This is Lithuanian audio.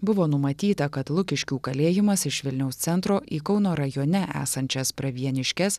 buvo numatyta kad lukiškių kalėjimas iš vilniaus centro į kauno rajone esančias pravieniškes